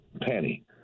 penny